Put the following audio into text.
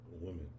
Women